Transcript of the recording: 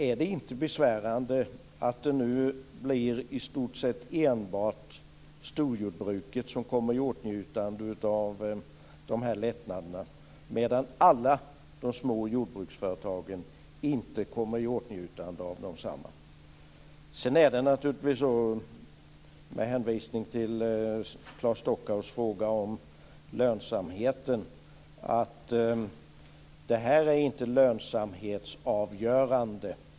Är det inte besvärande att det nu i stort sett blir enbart storjordbruk som kommer i åtnjutande av lättnader, medan alla de små jordbruksföretagen inte kommer i åtnjutande av desamma? Sedan är det naturligtvis så, med hänvisning till Claes Stockhaus fråga om lönsamheten, att det här inte är lönsamhetsavgörande.